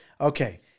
Okay